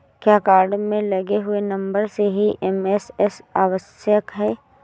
क्या कार्ड में लगे हुए नंबर से ही एस.एम.एस आवश्यक है?